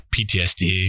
PTSD